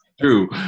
true